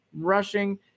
rushing